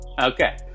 okay